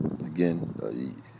again